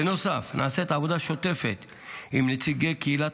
בנוסף נעשית עבודה שוטפת עם נציגי קהילת